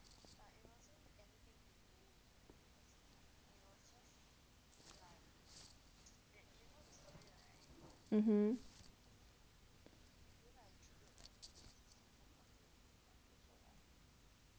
hmm